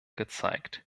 gezeigt